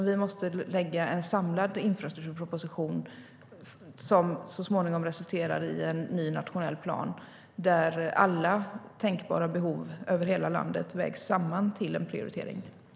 Vi måste lägga fram en samlad infrastrukturproposition som så småningom resulterar i en ny nationell plan där alla tänkbara behov över hela landet vägs samman till en prioritering.